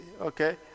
Okay